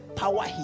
power